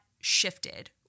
shifted